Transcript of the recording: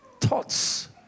thoughts